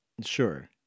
Sure